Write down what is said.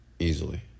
Easily